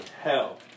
hell